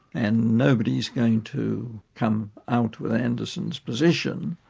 and nobody's going to come out with anderson's position,